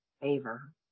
favor